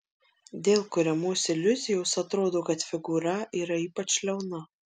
dėl kuriamos iliuzijos atrodo kad figūra yra ypač liauna